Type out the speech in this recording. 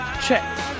check